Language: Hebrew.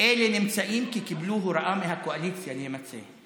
אלה נמצאים כי קיבלו הוראה מהקואליציה להימצא,